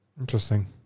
Interesting